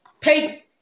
pay